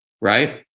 right